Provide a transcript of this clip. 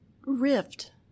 rift